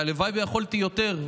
הלוואי שיכולתי יותר,